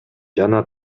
жана